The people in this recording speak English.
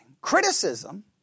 Criticism